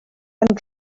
and